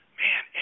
man